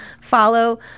follow